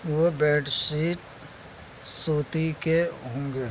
وہ bed sheet سوتی کے ہوں گے